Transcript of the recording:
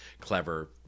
clever